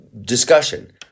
discussion